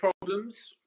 problems